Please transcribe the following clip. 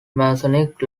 masonic